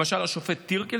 למשל השופט טירקל,